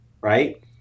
right